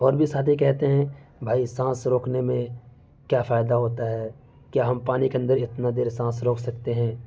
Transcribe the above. اور بھی ساتھی کہتے ہیں بھائی سانس روکنے میں کیا فائدہ ہوتا ہے کیا ہم پانی کے اندر اتنے دیر سانس روک سکتے ہیں